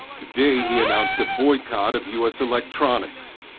today he announced a boycott of u s. electronics.